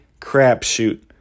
crapshoot